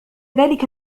ذلك